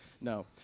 No